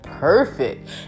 Perfect